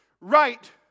right